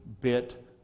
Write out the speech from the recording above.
bit